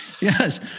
Yes